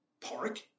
park